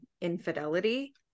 infidelity